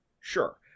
Sure